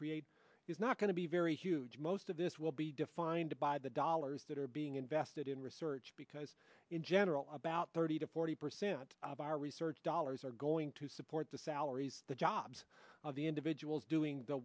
create is not going to be very huge most of this will be defined by the dollars that are being invested in research because in general about thirty to forty percent of our research dollars are going to support the salaries the jobs of the individuals doing the